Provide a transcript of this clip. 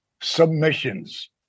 submissions